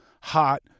hot